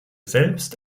selbst